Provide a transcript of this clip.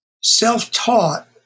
self-taught